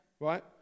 right